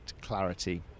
clarity